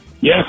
Yes